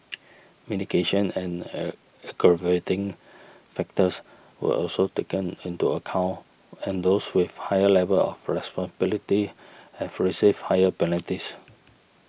mitigation and a aggravating factors were also taken into account and those with higher level of responsibilities have received higher penalties